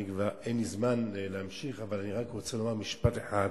אין לי זמן להמשיך אבל אני רוצה לומר משפט אחד: